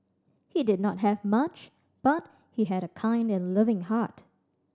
he did not have much but he had a kind and loving heart